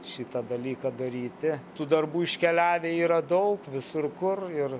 šitą dalyką daryti tų darbų iškeliavę yra daug visur kur ir